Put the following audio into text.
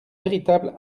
véritable